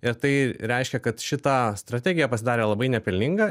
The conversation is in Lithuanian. ir tai reiškia kad šita strategija pasidarė labai nepelninga